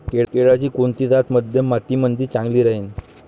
केळाची कोनची जात मध्यम मातीमंदी चांगली राहिन?